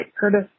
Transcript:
Curtis